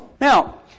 Now